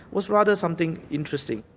was rather something interesting.